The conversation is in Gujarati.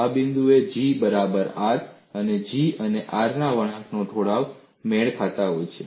આ બિંદુએ G બરાબર R અને G અને R વળાંકોના ઢોળાવ મેળ ખાતા હોય છે